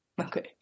Okay